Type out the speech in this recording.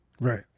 right